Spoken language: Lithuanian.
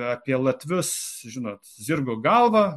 apie latvius žinot zirgo galvą